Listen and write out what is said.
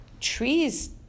trees